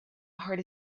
heart